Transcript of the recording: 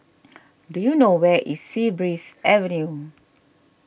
do you know where is Sea Breeze Avenue